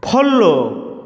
follow